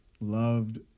loved